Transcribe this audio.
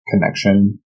connection